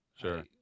sure